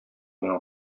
миңа